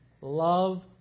love